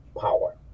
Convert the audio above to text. power